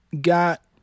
got